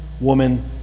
woman